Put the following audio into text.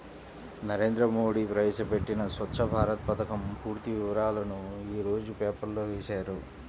నరేంద్ర మోడీ ప్రవేశపెట్టిన స్వఛ్చ భారత్ పథకం పూర్తి వివరాలను యీ రోజు పేపర్లో వేశారు